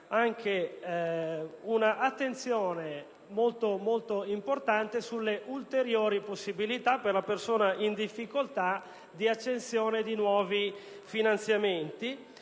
anche un'attenzione importante sulle ulteriori possibilità per la persona in difficoltà di accensione di nuovi finanziamenti